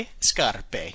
Scarpe